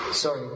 sorry